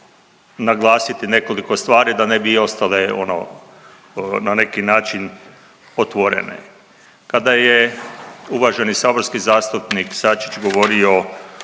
naglasiti nekoliko stvari da ne bi ostale ono na neki način otvorene. Kada je uvaženi saborski zastupnik Sačić govorio